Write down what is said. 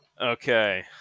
Okay